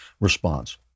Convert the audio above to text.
response